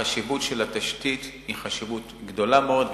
החשיבות של התשתית היא חשיבות גדולה מאוד,